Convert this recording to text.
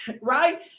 right